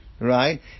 Right